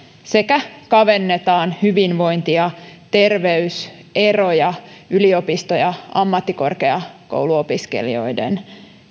sekä kavennetaan hyvinvointi ja terveyseroja yliopisto ja ammattikorkeakouluopiskelijoiden